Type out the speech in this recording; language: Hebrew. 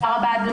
תודה רבה.